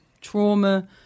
trauma